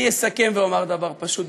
אני אסכם ואומר דבר פשוט,